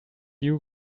you